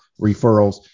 referrals